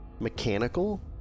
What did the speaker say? mechanical